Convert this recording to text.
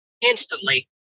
instantly